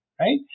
Right